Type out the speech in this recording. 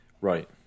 Right